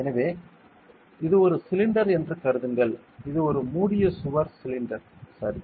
எனவே இது ஒரு சிலிண்டர் என்று கருதுங்கள் இது ஒரு மூடிய சுவர் சிலிண்டர் சரி